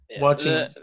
Watching